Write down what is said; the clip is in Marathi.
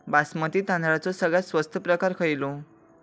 बासमती तांदळाचो सगळ्यात स्वस्त प्रकार खयलो?